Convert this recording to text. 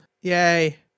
yay